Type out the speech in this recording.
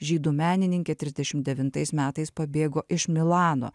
žydų menininkė trisdešim devintais metais pabėgo iš milano